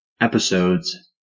episodes